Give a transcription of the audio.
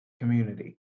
community